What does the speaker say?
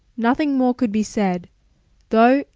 nothing more could be said though,